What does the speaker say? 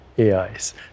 AIs